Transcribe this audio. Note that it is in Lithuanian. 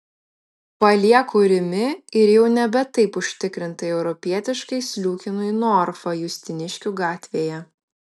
palieku rimi ir jau nebe taip užtikrintai europietiškai sliūkinu į norfą justiniškių gatvėje